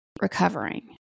recovering